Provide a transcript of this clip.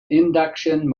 induction